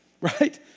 right